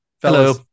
Hello